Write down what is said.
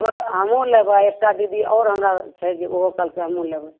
हमहुँ लेबै एकटा दीदी आओर हमरा छै जे ओहो कहलकै हमहुँ लेबै